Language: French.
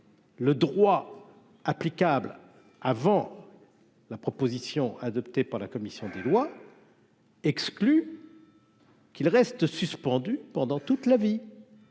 Le droit applicable avant la proposition adoptée par la commission des lois. Exclu. Qu'il reste suspendu pendant toute la vie